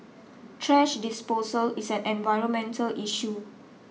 trash disposal is an environmental issue